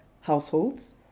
households